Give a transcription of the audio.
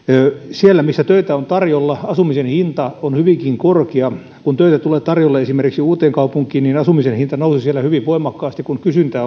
siellä missä töitä on tarjolla asumisen hinta on hyvinkin korkea kun töitä tuli tarjolle esimerkiksi uuteenkaupunkiin asumisen hinta nousi siellä hyvin voimakkaasti kun kysyntä